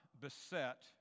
beset